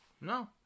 No